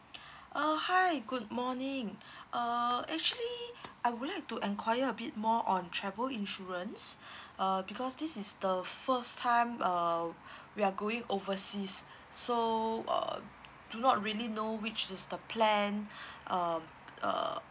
uh hi good morning uh actually I would like to enquire a bit more on travel insurance uh because this is the first time uh we are going overseas so uh do not really know which is the plan um uh